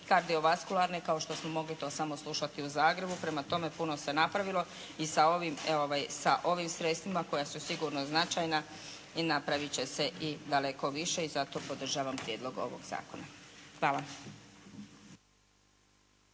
kardiovaskularne kao što smo mogli to samo slušati u Zagrebu. Prema tome, puno se napravilo i sa ovim sredstvima koja su sigurno značajna i napravit će se i daleko više i zato podržavam prijedlog ovog zakona. Hvala.